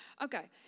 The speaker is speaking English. Okay